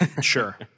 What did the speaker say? Sure